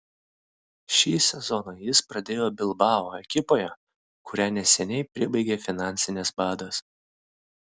šį sezoną jis pradėjo bilbao ekipoje kurią neseniai pribaigė finansinis badas